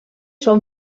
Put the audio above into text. són